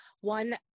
One